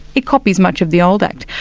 it copies much of the old act,